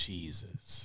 Jesus